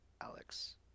Alex